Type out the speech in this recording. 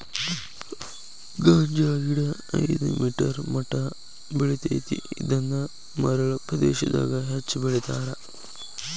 ಗಾಂಜಾಗಿಡಾ ಐದ ಮೇಟರ್ ಮಟಾ ಬೆಳಿತೆತಿ ಇದನ್ನ ಮರಳ ಪ್ರದೇಶಾದಗ ಹೆಚ್ಚ ಬೆಳಿತಾರ